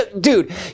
Dude